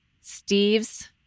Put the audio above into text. Steve's